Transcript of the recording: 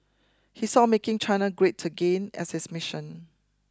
he saw making China great again as his mission